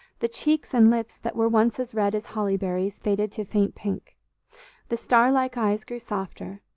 the cheeks and lips that were once as red as holly-berries faded to faint pink the star-like eyes grew softer,